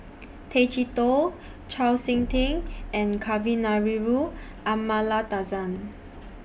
Tay Chee Toh Chau Sik Ting and Kavignareru Amallathasan